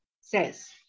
says